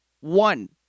One